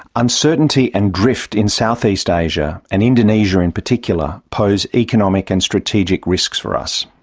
uncertainty and drift in southeast asia, and indonesia in particular, pose economic and strategic risks for us.